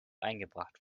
eingebracht